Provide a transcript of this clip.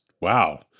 wow